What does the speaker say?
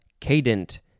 cadent